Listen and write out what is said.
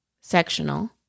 sectional